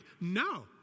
No